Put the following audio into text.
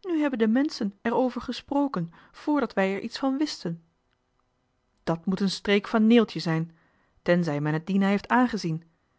nu hebben de menschen erover gesproken voordat wij er iets van wisten dat moet een streek van neeltje zijn tenzij men het dina heeft aangezien